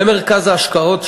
במרכז ההשקעות,